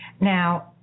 Now